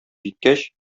җиткәч